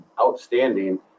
outstanding